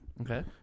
okay